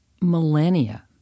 millennia